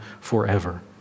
forever